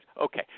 Okay